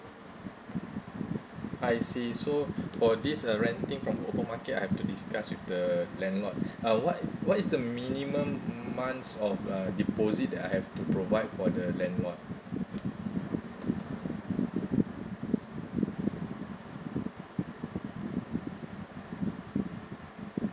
I see so for this uh renting from open market I have to discuss with the landlord uh what what is the minimum months of uh deposit that I have to provide for the landlord